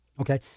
Okay